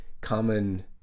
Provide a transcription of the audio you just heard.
common